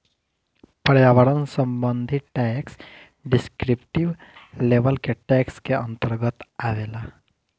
पर्यावरण संबंधी tax descriptive level के टैक्स के अंतर्गत आवेला